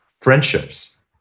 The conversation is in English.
friendships